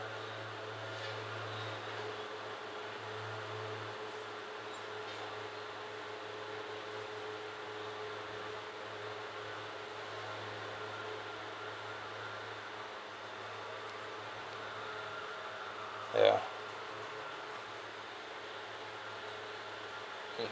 ya mm